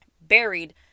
buried